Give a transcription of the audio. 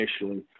initially